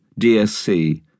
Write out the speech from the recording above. DSC